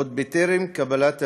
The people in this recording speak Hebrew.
עוד בטרם קבלת הפנייה,